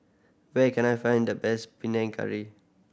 where can I find the best Panang Curry